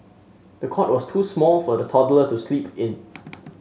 the cot was too small for the toddler to sleep in